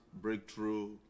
breakthrough